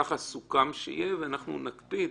כך סוכם שיהיה, ואנחנו נקפיד